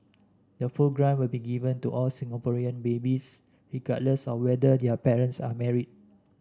the full grant will be given to all Singaporean babies regardless of whether their parents are married